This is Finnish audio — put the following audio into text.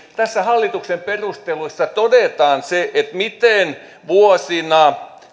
tässä hallituksen perusteluissa todetaan se miten vuosina